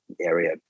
area